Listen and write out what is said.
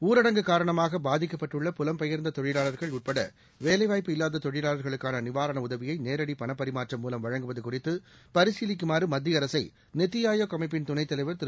ஊரடங்கு காரணமாக பாதிக்கப்பட்டுள்ள புலம்பெயர்ந்த தொழிலாளர்கள் உட்பட வேலைவாய்ப்பு இல்லாத தொழிலாளா்களுக்கான நிவாரண உதவியை நேரடி பணப்பரிமாற்றம் மூலம் வழங்குவது குறித்து பரிசீலிக்குமாறு மத்திய அரசை நித்தி ஆயோக் அமைப்பின் துணைத் தலைவர் திரு